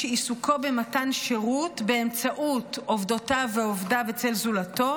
שעיסוקו במתן שירות באמצעות עובדותיו ועובדיו אצל זולתו,